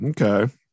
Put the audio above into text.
Okay